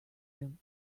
room